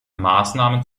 maßnahmen